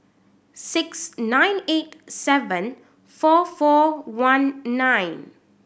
six nine eight seven four four one nine